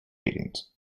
meetings